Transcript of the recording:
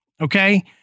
okay